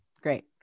Great